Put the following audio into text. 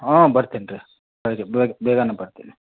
ಊಂ ಬರ್ತೀನಿ ರೀ ಬೆಳಿಗ್ಗೆ ಬೇಗ ಬೇಗನೆ ಬರ್ತೀನಿ